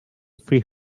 free